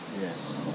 Yes